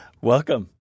Welcome